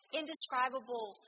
indescribable